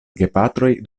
gepatroj